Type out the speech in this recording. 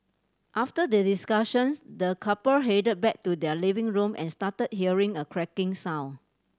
after the discussions the couple headed back to their living room and started hearing a cracking sound